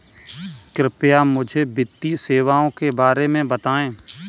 कृपया मुझे वित्तीय सेवाओं के बारे में बताएँ?